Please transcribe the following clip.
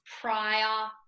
prior